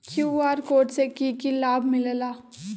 QR code से कि कि लाव मिलेला?